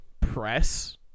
press